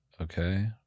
Okay